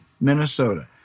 Minnesota